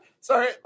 Sorry